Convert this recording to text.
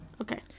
Okay